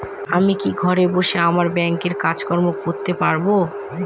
আমি কি ঘরে বসে আমার ব্যাংকের কাজকর্ম করতে পারব?